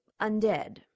undead